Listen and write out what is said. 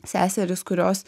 seserys kurios